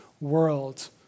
world